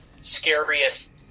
scariest